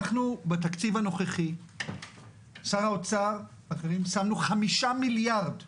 בתקציב הנוכחי שר האוצר ואחרים שמנו 5 מיליארד למיגונים,